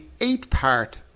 eight-part